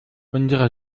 unsere